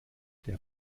der